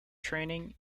training